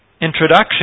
Introduction